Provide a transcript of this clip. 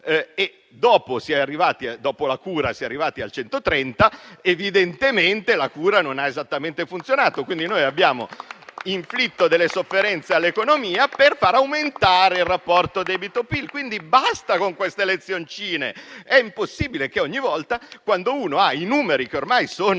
dopo la cura si è arrivati al 130, evidentemente la cura non ha esattamente funzionato. Ciò significa che abbiamo inflitto delle sofferenze all'economia per far aumentare il rapporto debito-PIL. Basta, quindi, con queste lezioncine, è impossibile che ogni volta, quando uno ha i numeri che ormai sono